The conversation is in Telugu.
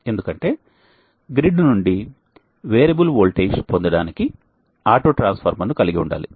ఎందుకంటే గ్రిడ్ నుండి వేరియబుల్ వోల్టేజ్ పొందడానికి ఆటో ట్రాన్స్ఫార్మర్ను కలిగి ఉండాలి